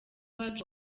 wacu